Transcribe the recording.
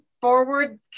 forward